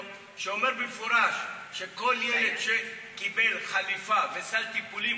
שאומר במפורש שכל ילד שקיבל חליפה וסל טיפולים,